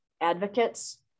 advocates